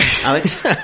Alex